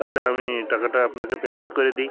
তাহলে আমি টাকাটা আপনাকে পেমেন্ট করে দিই